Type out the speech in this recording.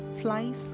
flies